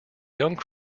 younger